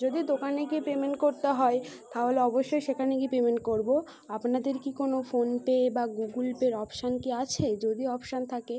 যদি দোকানে গিয়ে পেমেন্ট করতে হয় তাহলে অবশ্যই সেখানে গিয়ে পেমেন্ট করব আপনাদের কি কোনো ফোনপে বা গুগুল পের অপশন কি আছে যদি অপশন থাকে